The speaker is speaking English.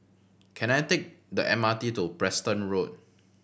can I take the M R T to Preston Road